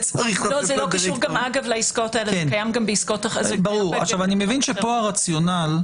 אני מבין שפה הרציונל,